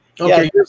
Okay